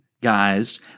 guys